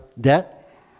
debt